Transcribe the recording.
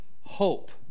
hope